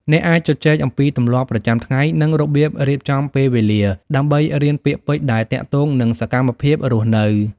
អ្នកអាចជជែកអំពីទម្លាប់ប្រចាំថ្ងៃ និងរបៀបរៀបចំពេលវេលា ដើម្បីរៀនពាក្យពេចន៍ដែលទាក់ទងនឹងសកម្មភាពរស់នៅ។